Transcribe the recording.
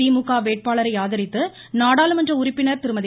திமுக வேட்பாளரை ஆதரித்து நாடாளுமன்ற உறுப்பினர் திருமதி